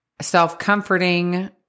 self-comforting